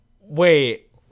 wait